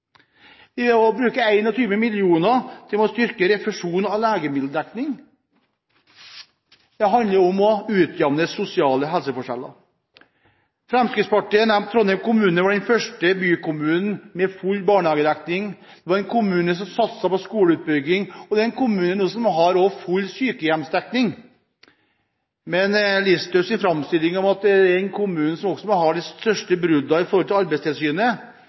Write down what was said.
handler om å utjamne sosiale helseforskjeller. Fremskrittspartiet nevnte at Trondheim var den første bykommunen med full barnehagedekning, en kommune som har satset på skoleutbygging, og en kommune som også har full sykehjemsdekning. Til Sylvi Listhaugs framstilling av at det også er den kommunen som har de største bruddene med tanke på Arbeidstilsynet: